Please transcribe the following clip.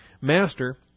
master